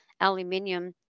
aluminium